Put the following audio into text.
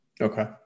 okay